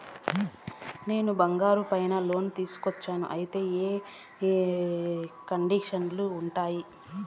నేను బంగారం పైన లోను తీసుకోవచ్చా? అయితే ఏ కండిషన్లు ఉంటాయి?